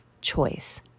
choice